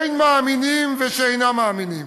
אין מאמינים ושאינם מאמינים.